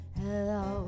hello